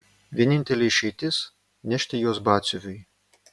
vienintelė išeitis nešti juos batsiuviui